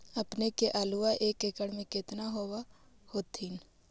अपने के आलुआ एक एकड़ मे कितना होब होत्थिन?